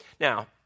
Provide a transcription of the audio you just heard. Now